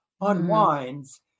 unwinds